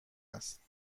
است